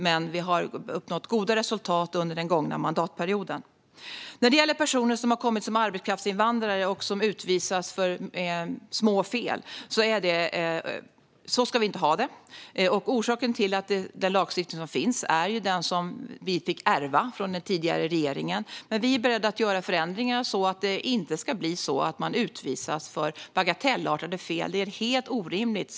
Men vi har uppnått goda resultat under den gångna mandatperioden. När det gäller personer som har kommit som arbetskraftsinvandrare och som utvisas på grund av små fel ska vi inte ha det på detta sätt. Orsaken till detta är den lagstiftning som finns och som vi fick ärva från den tidigare regeringen. Men vi är beredda att göra förändringar, så att det inte ska vara så att man utvisas på grund av bagatellartade fel. Det är helt orimligt.